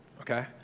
okay